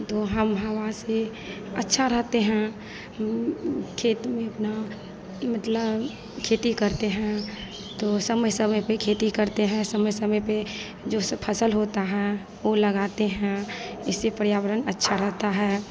तो हम हवा से अच्छा रहते हैं खेत में अपना मतलब खेती करते हैं तो समय समय पर खेती करते हैं समय समय पर जो सब फसल होता है वह लगाते हैं इससे पर्यावरण अच्छा रहता है